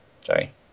Sorry